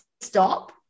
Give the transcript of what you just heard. stop